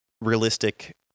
realistic